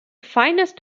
finest